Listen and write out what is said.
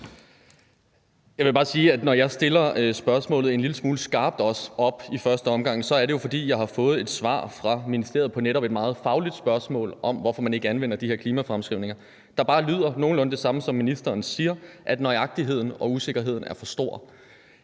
Jeg vil bare sige, at når jeg i første omgang stiller spørgsmålet en lille smule skarpt op, er det jo, fordi jeg har fået et svar fra ministeriet på et netop meget fagligt spørgsmål om, hvorfor man ikke anvender de her klimafremskrivninger, der bare lyder som nogenlunde det samme, ministeren siger, nemlig at unøjagtigheden og usikkerheden er for stor.